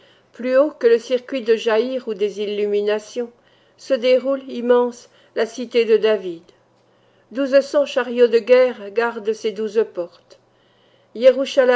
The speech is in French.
plus haut que le circuit de jaïr ou des illuminations se déroule immense la cité de david douze cents chariots de guerre gardent ses douze portes